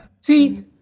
See